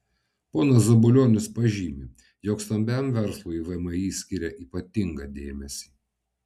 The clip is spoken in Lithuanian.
ponas zabulionis pažymi jog stambiam verslui vmi skiria ypatingą dėmesį